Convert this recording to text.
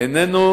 איננו